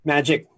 Magic